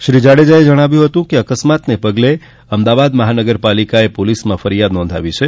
શ્રી જાડેજાએ જણાવ્યું હતું કે અકસ્માતને પગલે અમદાવાદ મહાનગરપાલિકાએ પોલીસમાં ફરિયાદ નોંધાવી છે